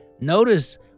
notice